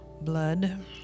blood